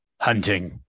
Hunting